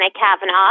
Kavanaugh